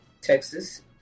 Texas